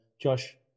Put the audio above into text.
Josh